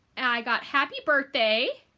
i got happy birthday,